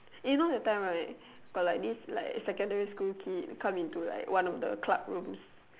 eh you know that time right got like this like secondary school kid come into like one of the club rooms